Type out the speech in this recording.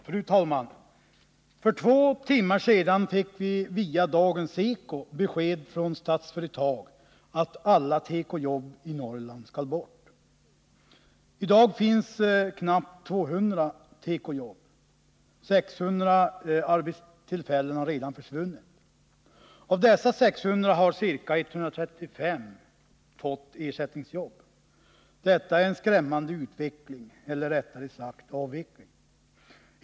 Fru talman! För två timmar sedan fick vi via Lunchekot besked från Statsföretag om att alla tekojobb i Norrland skall bort. I dag finns knappt 200 tekojobb. 600 arbetstillfällen har redan försvunnit. Av dessa 600 människor har ca 135 fått ersättningsjobb. Detta är en skrämmande utveckling eller, rättare sagt, avveckling.